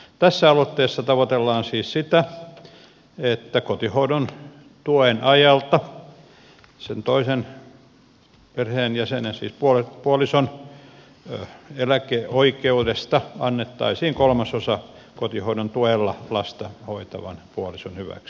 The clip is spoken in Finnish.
tässä aloitteessa tavoitellaan siis sitä että kotihoidon tuen ajalta sen toisen puolison eläkeoikeudesta annettaisiin kolmasosa kotihoidon tuella lasta hoitavan puolison hyväksi